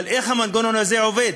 אבל איך המנגנון הזה עובד?